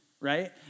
right